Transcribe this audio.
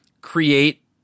create